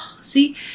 see